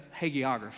hagiography